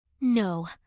no